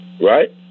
right